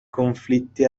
conflitti